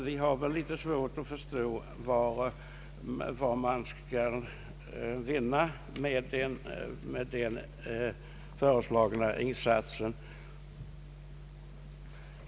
Vi har därför litet svårt att förstå vad man skulle vinna med den föreslagna åtgärden.